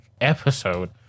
episode